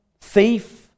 thief